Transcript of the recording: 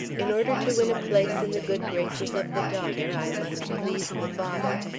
in order to win a place in the good graces of the daughter i must please the father,